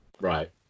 right